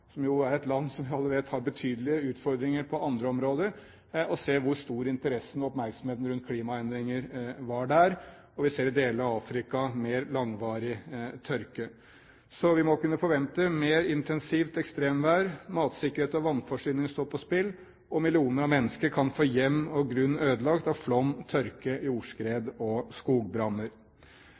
er et land som vi alle vet har betydelige utfordringer på andre områder – og se hvor stor interessen og oppmerksomheten rundt klimaendringer var der. Vi ser i deler av Afrika mer langvarig tørke. Så vi må kunne forvente mer intensivt ekstremvær. Matsikkerhet og vannforsyning står på spill. Millioner av mennesker kan få hjem og grunn ødelagt av flom, tørke, jordskred og skogbranner.